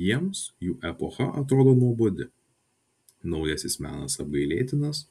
jiems jų epocha atrodo nuobodi naujasis menas apgailėtinas